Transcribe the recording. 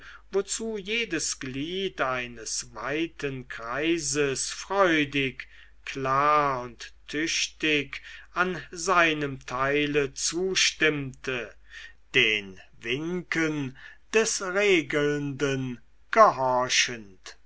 wozu jedes glied eines weiten kreises freudig klar und tüchtig an seinem teile zustimmte den winken des regelnden gehorchend